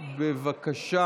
בבקשה.